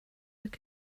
look